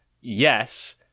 yes